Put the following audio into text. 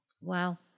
Wow